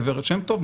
הגב' שם טוב,